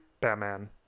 Batman